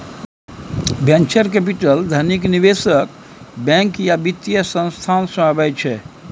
venture capital धनिक निबेशक, bank या बित्तीय संस्थान सँ अबै छै